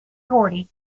gordy